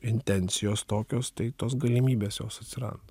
intencijos tokios tai tos galimybės jos atsiranda